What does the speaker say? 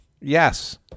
Yes